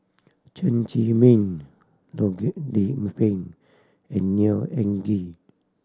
Chen Zhiming Loh Lik Peng and Neo Anngee